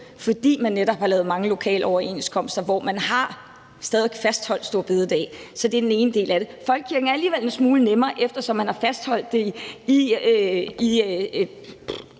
fordi man netop har lavet mange lokaloverenskomster, hvor man stadig væk har fastholdt store bededag. Det er den ene del af det. Folkekirken er alligevel en smule nemmere, eftersom man har fastholdt den i